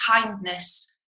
kindness